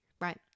right